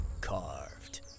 carved